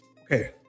Okay